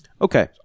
Okay